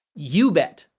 you bet!